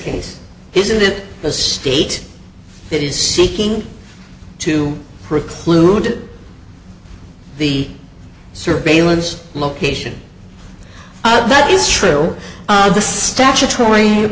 case isn't it the state that is seeking to preclude the surveillance location that is true the statutory